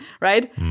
right